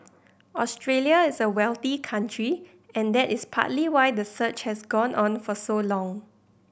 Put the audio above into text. Australia is a wealthy country and that is partly why the search has gone on for so long